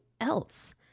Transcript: else